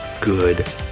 good